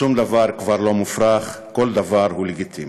שום דבר כבר לא מופרך, כל דבר הוא לגיטימי.